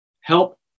help